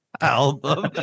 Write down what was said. album